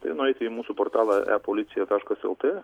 ir nueiti į mūsų portalą epolicija taškas lt